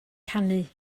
canu